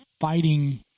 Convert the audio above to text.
fighting